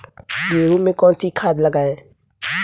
गेहूँ में कौनसी खाद लगाएँ?